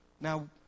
Now